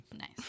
Nice